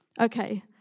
Okay